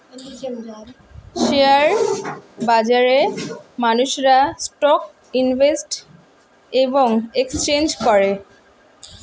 share বাজারে মানুষেরা stock invest এবং এক্সচেঞ্জ করে